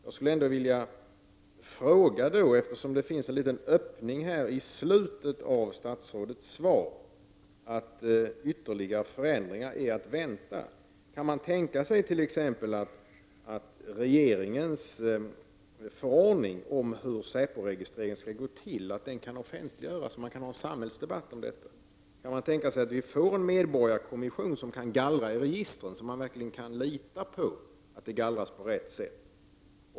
Jag skulle ändå vilja fråga, eftersom det finns en liten öppning i slutet av statsrådets svar, nämligen att ytterligare förändringar är att vänta: Kan man tänka sig t.ex. att regeringens förordning om hur säpos registrering skall gå till kan offentliggöras så att vi kan ha en samhällsdebatt om detta? Kan man tänka sig att vi får en medborgarkommission som kan gallra i dessa register, så att man verkligen kan lita på att de gallras på rätt sätt?